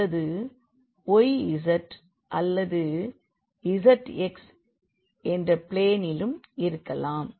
அல்லது yz அல்லது zx என்ற பிளேனிலும் இருக்கலாம்